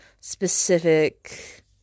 specific